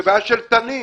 זה בעיה של תנים.